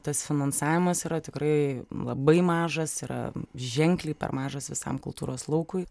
tas finansavimas yra tikrai labai mažas yra ženkliai per mažas visam kultūros laukui